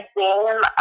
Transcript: game